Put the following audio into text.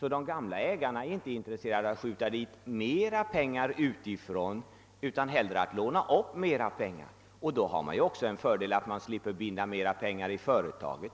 De gamla aktieägarna är sålunda inte intresserade av att det skjuts till mera pengar utifrån, utan de vill hellre låna upp mera pengar. Då har de också fördelen att slippa binda mera pengar i företaget.